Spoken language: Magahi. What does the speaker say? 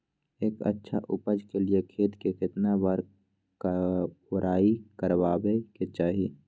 एक अच्छा उपज के लिए खेत के केतना बार कओराई करबआबे के चाहि?